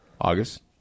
August